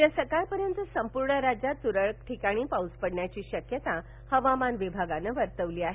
उद्या सकाळपर्यंत संपूर्ण राज्यात तुरळक ठिकाणी पाऊस पडण्याची शक्यता हवामान विभागन वर्तवली आहे